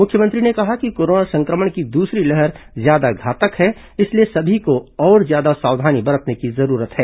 मुख्यमंत्री ने कहा कि कोरोना संक्रमण की दूसरी लहर ज्यादा घातक है इसलिए सभी को और ज्यादा सावधानी बरतने की जरूरत है